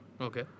Okay